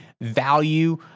value